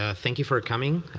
ah thank you for coming.